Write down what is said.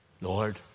Lord